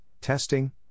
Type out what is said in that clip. testing